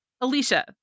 Alicia